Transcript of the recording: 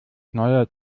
neuer